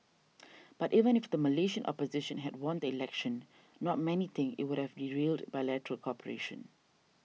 but even if the Malaysian opposition had won the election not many think it would have derailed bilateral cooperation